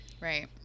Right